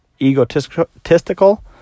egotistical